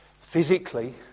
physically